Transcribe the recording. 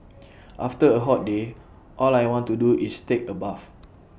after A hot day all I want to do is take A bath